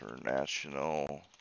International